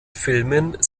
filmen